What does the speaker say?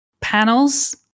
panels